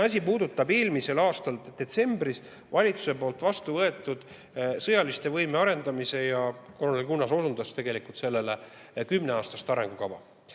Teine asi puudutab eelmisel aastal detsembris valitsuse poolt vastu võetud sõjalise võime arendamise – kolonel Kunnas osundas sellele – kümneaastast arengukava.